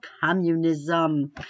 communism